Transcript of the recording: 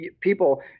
people